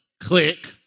Click